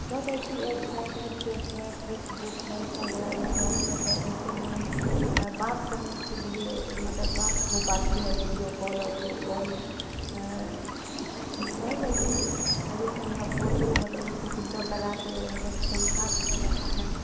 بہت ایسی ایپس ہے اسنیپ چیٹ ہے فیس بک ہے انسٹاگرام ہے واٹسپ ہے جس سے ہمیں بات کرنے کے لیے مطلب بات ہو پاتی ہے ویڈیو کال آڈیو کال بہت ایسی ہے جیسے میرا فوٹو مطلب اس کو فلٹر لگا کے مطلب چمکا دیا جاتا ہے